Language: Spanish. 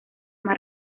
más